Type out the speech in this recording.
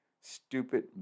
stupid